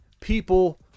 people